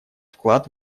вклад